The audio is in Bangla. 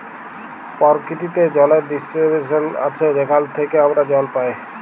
পরকিতিতে জলের ডিস্টিরিবশল আছে যেখাল থ্যাইকে আমরা জল পাই